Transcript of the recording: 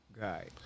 guy